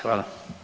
Hvala.